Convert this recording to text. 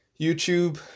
YouTube